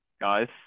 guys